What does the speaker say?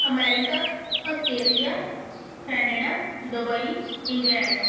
America Australia Canada Dubai England